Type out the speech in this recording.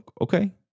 okay